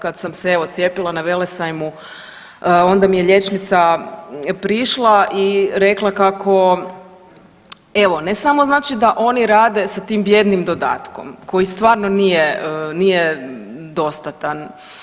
Kad sam se evo cijepila na Velesajmu onda mi je liječnica prišla i rekla kako evo ne samo znači da oni rade sa tim vjernim dodatkom koji stvarno nije dostatan.